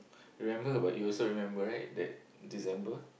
remember but you also remember right that December